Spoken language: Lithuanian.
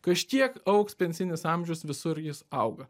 kažkiek augs pensinis amžius visur jis auga